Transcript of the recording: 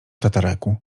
tataraku